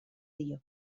dio